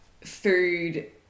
food